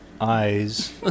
eyes